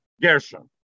Gershon